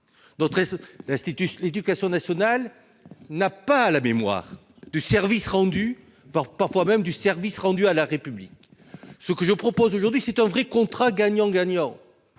l'éducation nationale n'a pas la mémoire du service rendu, parfois même du service rendu à la République. Ce que je propose aujourd'hui est différent : c'est un vrai contrat gagnant-gagnant,